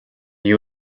you